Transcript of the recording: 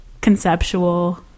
conceptual